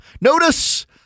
Notice